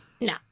No